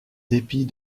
dépit